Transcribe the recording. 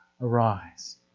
arise